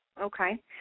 Okay